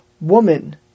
woman